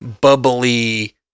bubbly